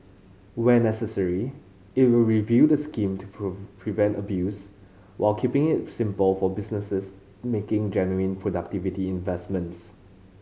where necessary it will review the scheme to prevent abuse while keeping it simple for businesses making genuine productivity investments